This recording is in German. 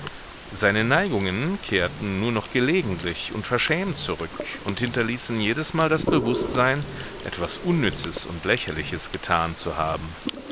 seine neigungen kehrten nur noch gelegentlich und verschämt zurück und hinterließen jedesmal das bewußtsein etwas unnützes und lächerliches getan zu haben